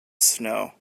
snow